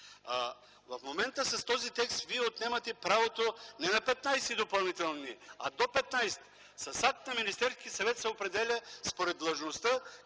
В момента с този текст вие отнемате правото не на 15 допълнителни дни, а на „до 15 дни”. С акт на Министерския съвет се определя според длъжността